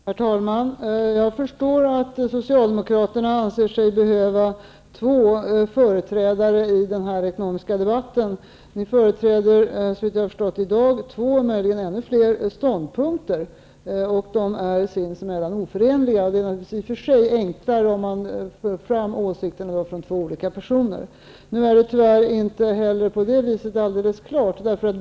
Herr talman! Jag förstår att socialdemokraterna anser sig behöva två företrädare i den här ekonomiska debatten. De företräder, såvitt jag förstått i dag, två och möjligen ännu fler ståndpunkter som är sinsemellan oförenliga. Då är det i och för sig enklare om dessa åsikter förs fram från olika personer. Tyvärr är det inte heller på det viset alldeles klart.